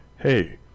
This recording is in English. Hey